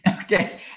Okay